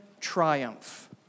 triumph